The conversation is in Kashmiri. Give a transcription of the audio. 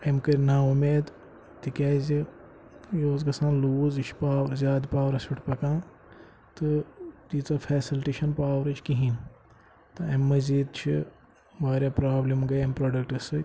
أمۍ کٔرۍ نا اُمید تِکیٛازِ یہِ اوٗس گژھان لوٗز یہِ چھُ پاوَر زیادٕ پاورَس پٮ۪ٹھ پَکان تہٕ تیٖژاہ فیسَلٹی چھَنہٕ پاورٕچۍ کِہیٖنۍ تہٕ اَمہِ مٔزیٖد چھِ واریاہ پرٛابلِم گٔے اَمہِ پرٛوڈَکٹہٕ سۭتۍ